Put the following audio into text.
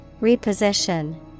Reposition